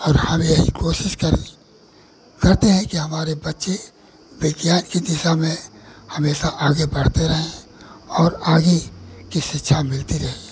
और हम यह कोशिश करेंगे करते हैं कि हमारे बच्चे विज्ञान की दिशा में हमेशा आगे बढ़ते रहें और आगे की शिक्षा मिलती रहे